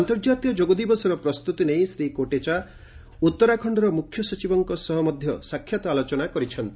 ଆର୍ନ୍ତଜାତୀୟ ଯୋଗଦିବସର ପ୍ରସ୍ତୁତି ନେଇ ଶ୍ରୀ କୋଟେଚା ଉତ୍ତରାଖଣ୍ଡର ମୁଖ୍ୟ ସଚିବଙ୍କ ସହ ଆଲୋଚନା କରିଛନ୍ତି